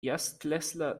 erstklässler